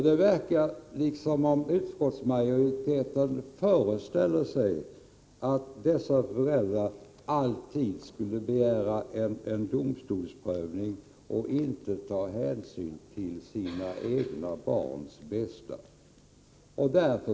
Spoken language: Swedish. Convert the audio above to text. Det verkar som om utskottsmajoriteten föreställer sig att dessa föräldrar alltid skulle begära domstolsprövning utan att ta hänsyn till sina egna barns bästa.